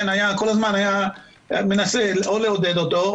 כל הזמן היה מנסה או לעודד אותו,